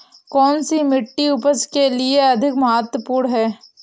कौन सी मिट्टी उपज के लिए अधिक महत्वपूर्ण है?